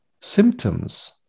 symptoms